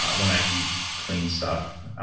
when i eat clean stuff,